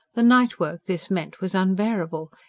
the nightwork this meant was unbearable,